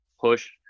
push